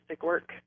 work